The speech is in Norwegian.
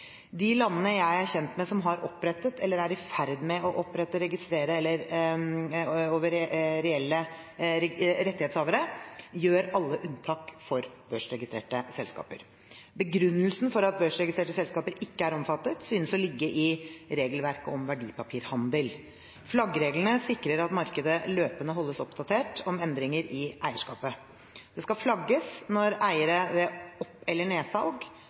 De landene jeg er kjent med som har opprettet eller er i ferd med å opprette registre over reelle rettighetshavere, gjør alle unntak for børsregistrerte selskaper. Begrunnelsen for at børsregistrerte selskaper ikke er omfattet, synes å ligge i regelverket om verdipapirhandel. Flaggreglene sikrer at markedet løpende holdes oppdatert om endringer i eierskapet. Det skal flagges når eiere ved opp- eller nedsalg